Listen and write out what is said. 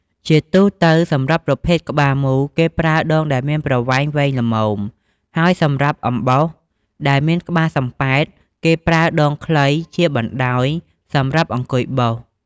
ជាទូទៅសម្រាប់ប្រភេទក្បាលមូល គេប្រើដងដែលមានប្រវែងវែងល្មម ហើយសម្រាប់អំបោសដែលមានក្បាលសំបែត គេប្រើដងខ្លីជាបណ្តោយសម្រាប់អង្គុយបោស។